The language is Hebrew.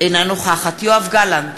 אינה נוכחת יואב גלנט,